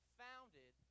founded